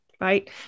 right